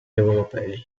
europei